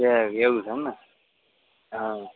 ઠીક એવું છે એમ ને હા